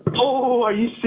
oh, are you